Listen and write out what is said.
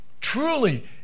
Truly